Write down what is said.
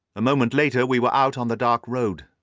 a moment later we were out on the dark road,